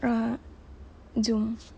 uh zoom